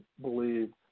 believe